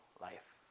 life